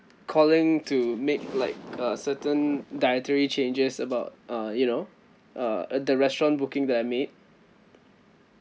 calling to make like a certain dietary changes about uh you know uh the restaurant booking that I made